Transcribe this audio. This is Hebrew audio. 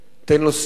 תן לו סיוע,